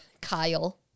Kyle